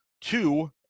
two